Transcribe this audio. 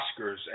Oscars